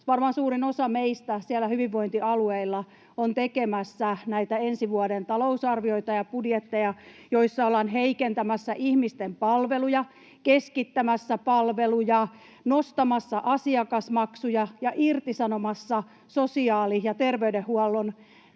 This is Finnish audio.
varmaan suurin osa meistä hyvinvointialueilla on tekemässä näitä ensi vuoden talousarvioita ja budjetteja, joissa ollaan heikentämässä ihmisten palveluja, keskittämässä palveluja, nostamassa asiakasmaksuja ja irtisanomassa sosiaali- ja terveydenhuollon